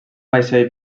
vaixell